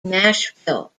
nashville